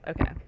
okay